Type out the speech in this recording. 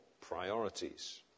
priorities